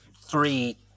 three